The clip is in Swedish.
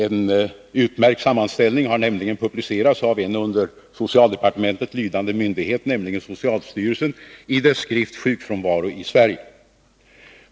En utmärkt sammanställning har nämligen publicerats av en under socialdepartementet lydande myndighet, nämligen socialstyrelsen i dess skrift Sjukfrånvaron i Sverige.